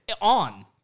On